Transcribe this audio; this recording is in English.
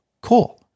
Cool